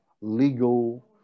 legal